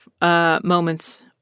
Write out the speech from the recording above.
moments